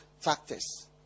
factors